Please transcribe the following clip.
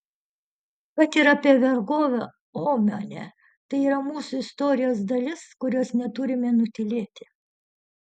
kad ir apie vergovę omane tai yra mūsų istorijos dalis kurios neturime nutylėti